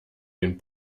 den